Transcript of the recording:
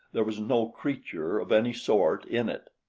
there was no creature of any sort in it.